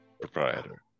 proprietor